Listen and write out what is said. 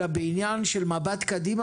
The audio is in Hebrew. אלא בעניין של מבט קדימה